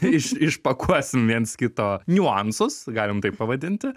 iš išpakuosim viens kito niuansus galim taip pavadinti